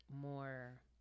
more